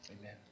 Amen